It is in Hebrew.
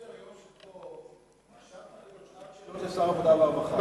לפי סדר-היום שפה צריכה להיות שעת שאלות לשר העבודה והרווחה.